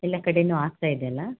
ಎಲ್ಲ ಕಡೆನೂ ಆಗ್ತಾ ಇದೆ ಅಲ್ಲ